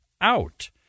out